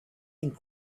and